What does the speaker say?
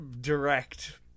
direct